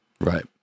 right